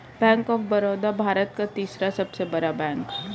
bank of Baroda Bharat का तीसरा सबसे बड़ा बैंक हैं